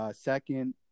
Second